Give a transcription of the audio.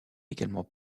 également